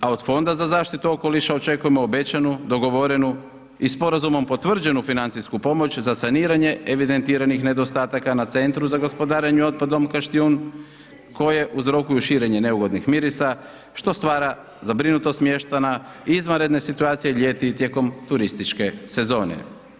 A od Fonda za zaštitu okoliša očekujemo obećanu, dogovorenu i sporazumom potvrđenu financijsku pomoć za saniranje evidentiranih nedostataka na Centru za gospodarenje otpadom Kaštijun koje uzrokuju širenje neugodnih mirisa što stvara zabrinutost mještana, izvanredne situacije ljeti i tijekom turističke sezone.